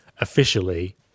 officially